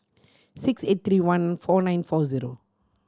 six eight three one four nine four zero